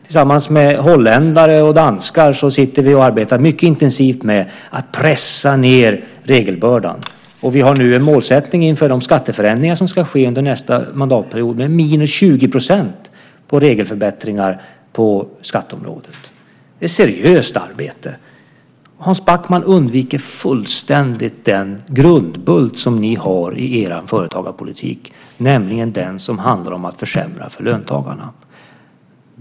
Tillsammans med holländare och danskar arbetar vi mycket intensivt med att pressa ned regelbördan. Vi har målsättningen inför de skatteförändringar som ska ske under nästa mandatperiod att minska reglerna med 20 % på skatteområdet. Det är seriöst arbete. Hans Backman undviker fullständigt den grundbult som ni har i er företagarpolitik, nämligen den som handlar om att försämra för löntagarna.